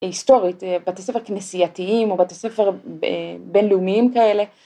היסטורית בתי ספר כנסייתיים או בתי ספר בינלאומיים כאלה.